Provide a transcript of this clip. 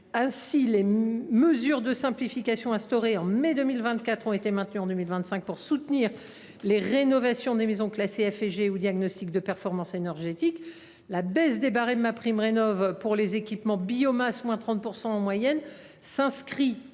Ainsi, les mesures de simplification instaurées au mois de mai 2024 ont été maintenues en 2025 pour soutenir les rénovations des maisons classées F et G dans les diagnostics de performance énergétique. La baisse des barèmes de MaPrimeRénov’ pour les équipements biomasse, de 30 % en moyenne, s’inscrit